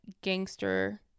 gangster